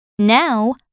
Now